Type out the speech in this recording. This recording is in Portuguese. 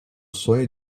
sonho